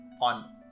on